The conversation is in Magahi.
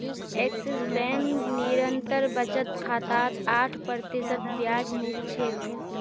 एक्सिस बैंक निरंतर बचत खातात आठ प्रतिशत ब्याज मिल छेक